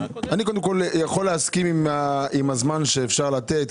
קודם כל אני יכול להסכים עם הזמן שאפשר לתת,